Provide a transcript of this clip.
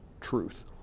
truth